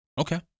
Okay